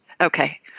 Okay